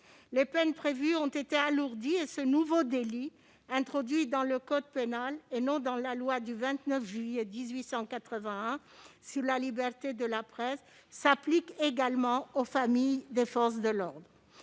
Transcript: Les peines prévues ont été alourdies et ce nouveau délit, introduit dans le code pénal et non dans la loi du 29 juillet 1881 sur la liberté de la presse, s'applique également aux familles des membres des forces